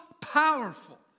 powerful